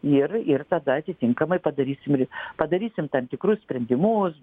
ir ir tada atitinkamai padarysim padarysim tam tikrus sprendimus